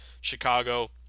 Chicago